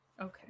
okay